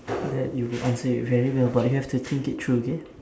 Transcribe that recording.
that you will answer it very well but you have to think it through okay